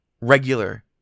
regular